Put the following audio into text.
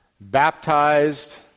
baptized